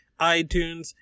iTunes